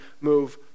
move